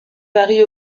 varie